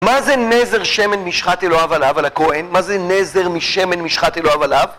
מה זה נזר שמן משחת אלוהיו עליו על הכהן? מה זה נזר משמן משחת אלוהיו עליו?